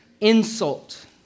insult